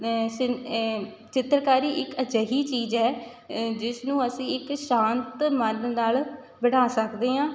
ਸਿੰ ਚਿੱਤਰਕਾਰੀ ਇੱਕ ਅਜਿਹੀ ਚੀਜ਼ ਹੈ ਜਿਸ ਨੂੰ ਅਸੀਂ ਇੱਕ ਸ਼ਾਂਤ ਮਨ ਨਾਲ਼ ਬਣਾ ਸਕਦੇ ਹਾਂ